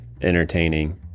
entertaining